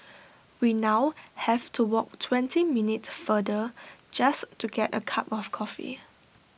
we now have to walk twenty minutes farther just to get A cup of coffee